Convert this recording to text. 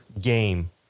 game